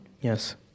Yes